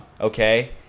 okay